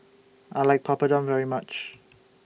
I like Papadum very much